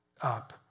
up